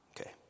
Okay